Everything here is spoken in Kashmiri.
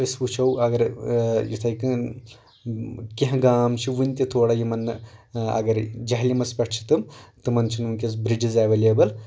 أسۍ وٕچھو اگر یِتھے کٔنۍ کینٛہہ گام چھِ وُنہِ تہِ تھوڑا یِمن نہٕ اگر جہلمس پٮ۪ٹھ چھِ تِم تِمن چھنہٕ وُنکیٚس برٛیجِس اٮ۪ویلیبٕل